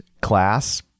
class